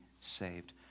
saved